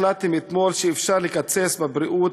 החלטתם אתמול שאפשר לקצץ בבריאות,